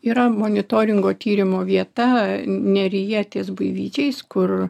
yra monitoringo tyrimo vieta neryje ties buivydžiais kur